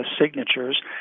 signatures